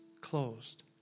closed